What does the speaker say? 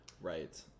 Right